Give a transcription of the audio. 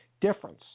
difference